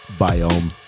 biome